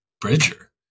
Bridger